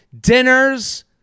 Dinners